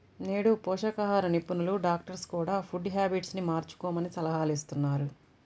నేడు పోషకాహార నిపుణులు, డాక్టర్స్ కూడ ఫుడ్ హ్యాబిట్స్ ను మార్చుకోమని సలహాలిస్తున్నారు